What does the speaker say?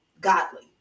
godly